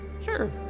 Sure